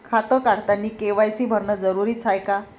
खातं काढतानी के.वाय.सी भरनं जरुरीच हाय का?